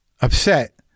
upset